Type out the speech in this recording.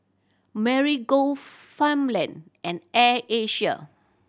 Marigold Farmland and Air Asia